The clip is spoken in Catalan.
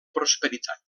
prosperitat